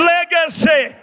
Legacy